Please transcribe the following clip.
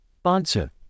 sponsor